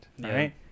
right